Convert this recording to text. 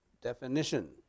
definition